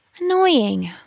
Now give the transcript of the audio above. Annoying